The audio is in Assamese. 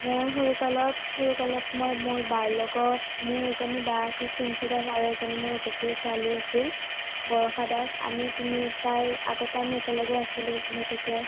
মোৰ সৰু কালত সৰু কালত মই মোৰ বাৰ লগত মোৰ এজনী বা আছিল পিংকী দাস আৰু এজনী মোৰ জেঠীৰ ছোৱালী আছিল বৰষা দাস আমি তিনিওটাই আগতে আমি একেলগে আছিলো যিহেতুকে